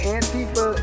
Antifa